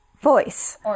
voice